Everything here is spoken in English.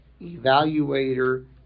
evaluator